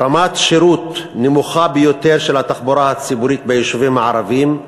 רמת שירות נמוכה ביותר של התחבורה הציבורית ביישובים הערביים.